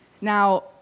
Now